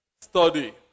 Study